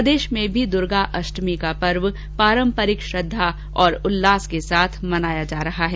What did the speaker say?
प्रदेश में भी दुर्गा अष्टमी का पर्व पारम्परिक श्रद्धा और उल्लास के साथ मनाया जा रहा है